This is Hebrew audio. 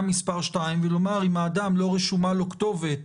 השנייה ולומר שאם לאדם לא רשומה כתובת